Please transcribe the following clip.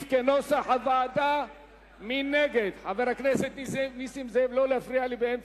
קבוצת סיעת רע"ם-תע"ל וקבוצת סיעת האיחוד הלאומי לסעיף 62 לא נתקבלה.